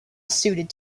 suited